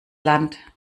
land